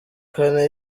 kane